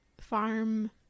farm